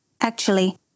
Actually